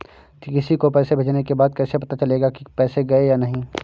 किसी को पैसे भेजने के बाद कैसे पता चलेगा कि पैसे गए या नहीं?